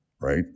right